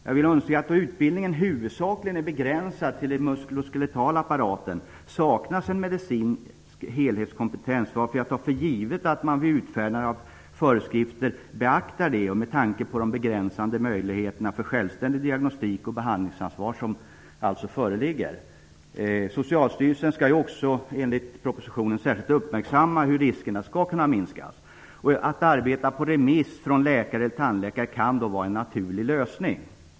Jag vill understryka att då utbildningen i huvudsak är begränsad till att gälla den muskulatura apparaten, saknas en medicinsk helhetskompetens. Därför tar jag för givet att man i föreskrifterna beaktar de begränsade möjligheterna till självständig diagnostik och behandlingsansvar. Socialstyrelsen skall också enligt propositionen särskilt uppmärksamma hur riskerna skall kunna minskas. Att arbeta på remiss från läkare och tandläkare kan vara en naturlig lösning.